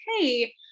Hey